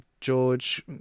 George